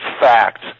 fact